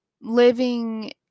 living